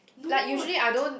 like usually I don't